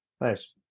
Nice